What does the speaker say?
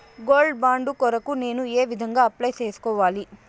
Gold bond కొరకు నేను ఏ విధంగా అప్లై సేసుకోవాలి?